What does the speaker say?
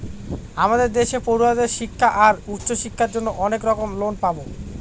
আমাদের দেশে পড়ুয়াদের শিক্ষা আর উচ্চশিক্ষার জন্য অনেক রকম লোন পাবো